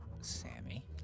Sammy